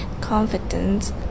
confidence